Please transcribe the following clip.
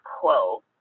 quo